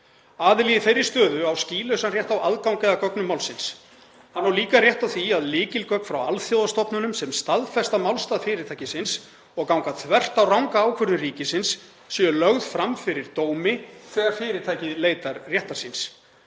Aðili í þeirri stöðu á skýlausan rétt á aðgangi að gögnum málsins. Hann á líka rétt á því að lykilgögn frá alþjóðastofnunum sem staðfesta málstað fyrirtækisins og ganga þvert á ranga ákvörðun ríkisins séu lögð fram fyrir dómi þegar fyrirtækið leitar réttar síns.